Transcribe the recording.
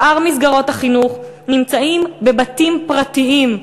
שאר מסגרות החינוך נמצאות בבתים פרטיים.